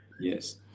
Yes